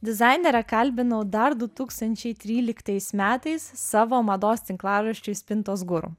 dizainerę kalbinau dar du tūkstančiai tryliktais metais savo mados tinklaraščiui spintos guru